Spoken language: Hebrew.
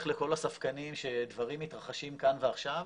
לכל הספקנים שדברים מתרחשים כאן ועכשיו.